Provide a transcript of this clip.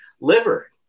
liver